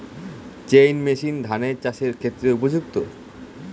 Chain machine ধান চাষের ক্ষেত্রে উপযুক্ত?